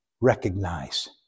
Recognize